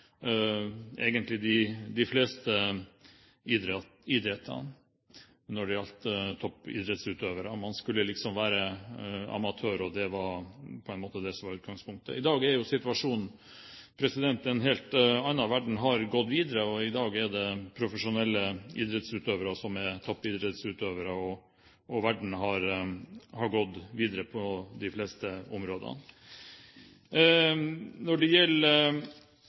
de fleste idretter når det gjaldt toppidrettsutøvere. Man skulle være amatør – det var på en måte det som var utgangspunktet. I dag er jo situasjonen en helt annen. Verden har gått videre, og i dag er det profesjonelle idrettsutøvere som er toppidrettsutøvere, og verden har gått videre på de fleste områder. Når det gjelder